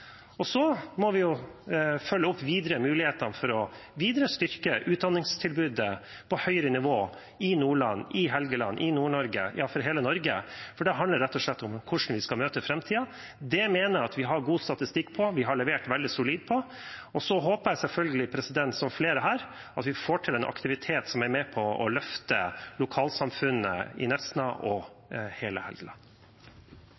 Så må vi videre følge opp mulighetene for videre å styrke utdanningstilbudet på høyere nivå i Nordland, på Helgeland, i Nord-Norge, ja, for hele Norge – for det handler rett og slett om hvordan vi skal møte framtiden. Det mener jeg at vi har god statistikk på og har levert veldig solid på. Så håper jeg selvfølgelig, som flere her, at vi får til en aktivitet som er med på å løfte lokalsamfunnet på Nesna og